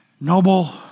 Noble